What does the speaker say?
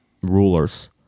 rulers